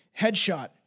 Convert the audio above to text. headshot